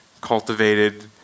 cultivated